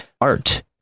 art